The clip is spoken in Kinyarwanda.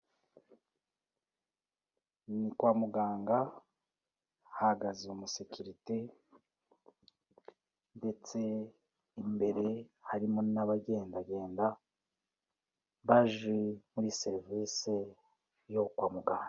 Ni kwa muganga, hahagaze umusekirite ndetse imbere harimo n'abagendagenda baje muri serivisi yo kwa muganga.